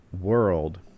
world